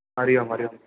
Hari Om Hari Om